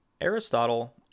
Aristotle